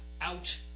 out